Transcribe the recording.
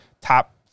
top